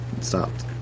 stopped